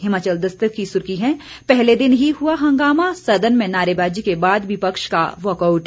हिमाचल दस्तक की सुर्खी है पहले दिन ही हुआ हंगामा सदन में नारेबाजी के बाद विपक्ष का वॉकआउट